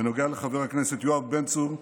בנוגע לחבר הכנסת יואב בן צור,